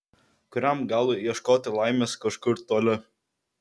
kuriam galui ieškoti laimės kažkur toli